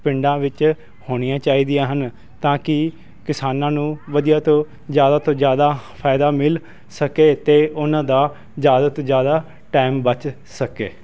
ਪਿੰਡਾਂ ਵਿੱਚ ਹੋਣੀਆਂ ਚਾਹੀਦੀਆਂ ਹਨ ਤਾਂ ਕਿ ਕਿਸਾਨਾਂ ਨੂੰ ਵਧੀਆ ਤੋਂ ਜ਼ਿਆਦਾ ਤੋਂ ਜ਼ਿਆਦਾ ਫ਼ਾਇਦਾ ਮਿਲ ਸਕੇ ਅਤੇ ਉਨ੍ਹਾਂ ਦਾ ਜ਼ਿਆਦਾ ਤੋਂ ਜ਼ਿਆਦਾ ਟੈਮ ਬਚ ਸਕੇ